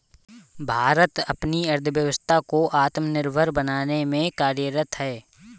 भारत अपनी अर्थव्यवस्था को आत्मनिर्भर बनाने में कार्यरत है